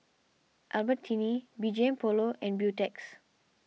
Albertini B G M Polo and Beautex